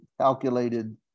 calculated